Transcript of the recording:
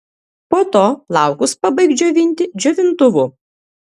po to plaukus pabaik džiovinti džiovintuvu